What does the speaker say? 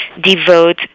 devote